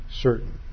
certain